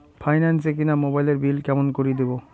Finance এ কিনা মোবাইলের বিল কেমন করে দিবো?